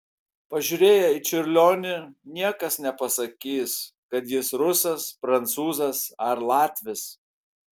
pažiūrėję į čiurlionį niekas nepasakys kad jis rusas prancūzas ar latvis